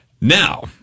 Now